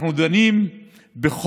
אנחנו דנים בחוק